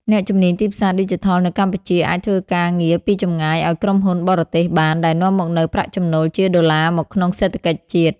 អ្នកជំនាញទីផ្សារឌីជីថលនៅកម្ពុជាអាចធ្វើការងារពីចម្ងាយឱ្យក្រុមហ៊ុនបរទេសបាន ដែលនាំមកនូវប្រាក់ចំណូលជាដុល្លារមកក្នុងសេដ្ឋកិច្ចជាតិ។